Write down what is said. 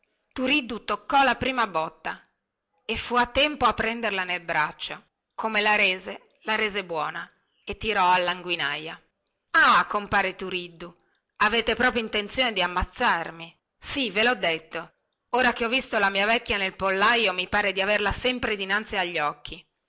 turiddu toccò la prima botta e fu a tempo a prenderla nel braccio come la rese la rese buona e tirò allanguinaia ah compare turiddu avete proprio intenzione di ammazzarmi sì ve lho detto ora che ho visto la mia vecchia nel pollaio mi pare di averla sempre dinanzi agli occhi